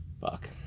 Fuck